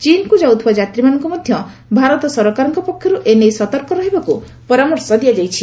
ଚୀନ୍କୁ ଯାଉଥିବା ଯାତ୍ରୀମାନଙ୍କୁ ମଧ୍ୟ ଭାରତ ସରକାରଙ୍କ ପକ୍ଷରୁ ଏ ନେଇ ସତର୍କ ରହିବାକୃ ପରାମର୍ଶ ଦିଆଯାଇଛି